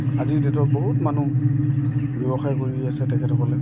আজিৰ ডেটত বহুত মানুহ ব্যৱসায় কৰি আছে তেখেতসকলে